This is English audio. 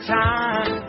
time